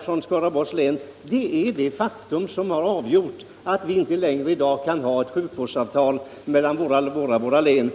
från Skaraborgs län. Det är det faktum som gör att vi i dag inte längre kan ha ett sjukvårdsavtal mellan våra båda län.